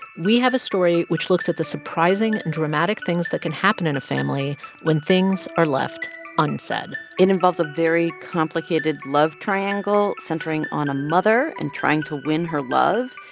we have a story which looks at the surprising and dramatic things that can happen in a family when things are left unsaid it involves a very complicated love-triangle centering on a mother and trying to win her love.